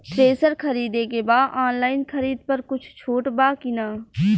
Thresher खरीदे के बा ऑनलाइन खरीद पर कुछ छूट बा कि न?